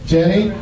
Jenny